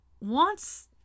wants